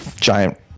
giant